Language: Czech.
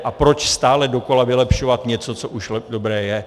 A proč stále dokola vylepšovat něco, co už dobré je?